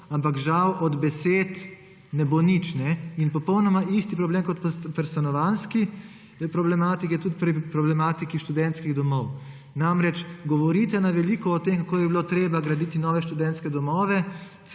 ampak žal od besed ne bo nič. In popolnoma isti problem kot pri stanovanjski problematiki je tudi pri problematiki študentskih domov. Namreč, govorite na veliko o tem, kako bi bilo treba graditi nove študentske domove,